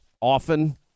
often